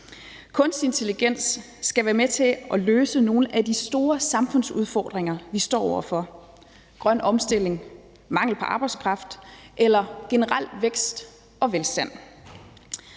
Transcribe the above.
Kunstig intelligens skal være med til at løse nogle af de store samfundsudfordringer, vi står over for: grøn omstilling, mangel på arbejdskraft eller generel vækst og velstand.